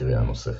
לקריאה נוספת